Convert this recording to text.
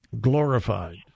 glorified